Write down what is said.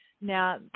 Now